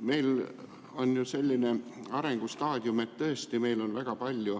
Meil on selline arengustaadium, et tõesti meil on väga palju